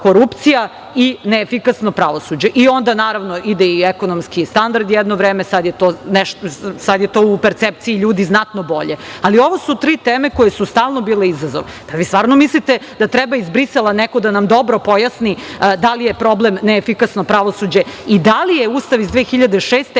korupcija i neefikasno pravosuđe. Onda, naravno, ide i ekonomski standard, jedno vreme, sad je to u percepciji ljudi znatno bolje, ali ovo su tri teme koje su stalno bile izazov. Pa, jel vi stvarno mislite da treba iz Brisela da nam neko dobro pojasni da li je problem neefikasno pravosuđe i da li je Ustav iz 2006.